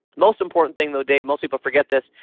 most important thing though, dave, most people forget this.